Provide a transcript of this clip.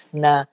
na